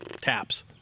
taps